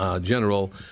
General